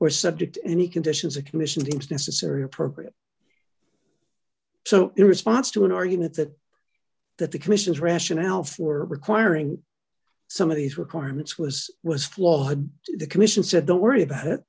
or subject to any conditions a commission is necessary or appropriate so in response to an argument that that the commission's rationale for requiring some of these requirements was was flawed the commission said don't worry about it